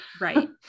right